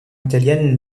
italienne